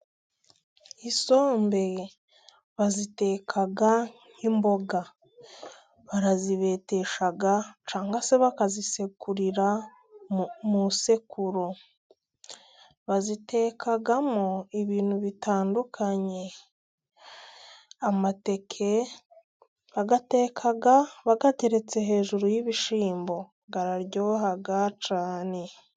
Isombe baziteka nk'imboga, barazibetesha cyangwa se bakazisekurira mu isekuru. Bazitekamo ibintu bitandukanye. Amateke bayateka bayateretse hejuru y'ibishyimbo, araryoha cyane.